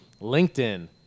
LinkedIn